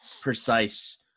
precise